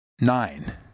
Nine